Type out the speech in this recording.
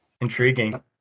intriguing